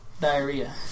diarrhea